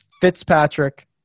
Fitzpatrick